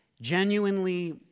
genuinely